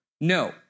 No